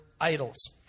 idols